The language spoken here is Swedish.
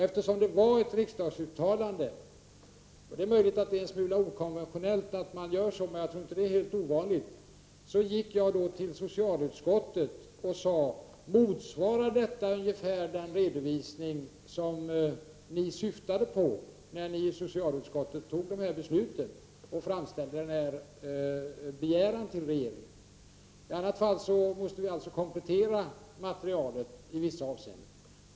Eftersom det fanns ett riksdagsuttalande vände jag mig till socialutskottet och sade: Motsvarar det här den redovisning ni i socialutskottet åsyftade när ni fattade beslutet och framställde er begäran till regeringen? I annat fall måste vi kanske komplettera materialet i vissa avseenden. Det är möjligt att det är en smula okonventionellt att man gör på det här sättet, men jag tror inte att det är helt ovanligt.